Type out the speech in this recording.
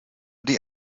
die